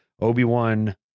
Obi-Wan